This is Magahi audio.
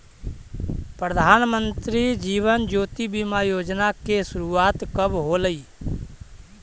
प्रधानमंत्री जीवन ज्योति बीमा योजना की शुरुआत कब होलई